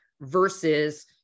versus